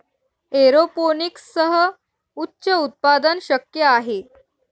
एरोपोनिक्ससह उच्च उत्पादन शक्य आहे